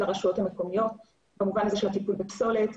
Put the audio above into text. לרשויות המקומיות במובן הזה של הטיפול בפסולת.